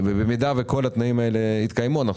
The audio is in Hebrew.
במידה וכל התנאים האלה יתקיימו אנחנו